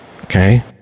Okay